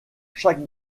chaque